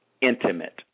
intimate